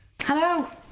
Hello